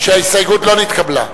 שההסתייגות לא נתקבלה.